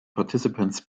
participants